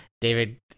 David